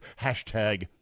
#Hashtag